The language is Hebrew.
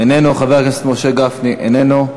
אינו נוכח, חבר הכנסת משה גפני, אינו נוכח,